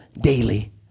daily